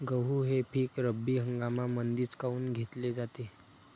गहू हे पिक रब्बी हंगामामंदीच काऊन घेतले जाते?